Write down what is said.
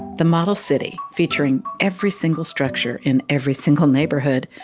the model city, featuring every single structure in every single neighborhood,